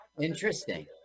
interesting